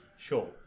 Sure